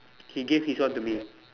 he gave his one to me